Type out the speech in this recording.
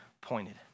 pointed